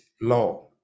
law